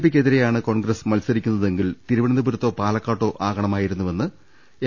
പിക്കെതിരെയാണ് കോൺഗ്രസ് മത്സ രിക്കുന്നതെങ്കിൽ തിരുവനന്തപുരത്തോ പാലക്കാടോ ആകണമായിരുന്നു അതെന്നും എം